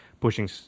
pushing